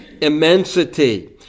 immensity